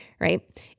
right